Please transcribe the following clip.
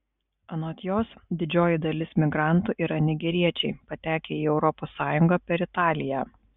anot jos didžioji dalis migrantų yra nigeriečiai patekę į europos sąjungą per italiją